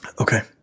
Okay